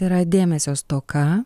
yra dėmesio stoka